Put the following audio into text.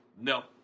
No